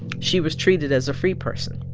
she was treated as a free person